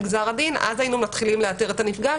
גזר הדין אז היינו מתחילים לאתר את הנפגע.